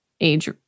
age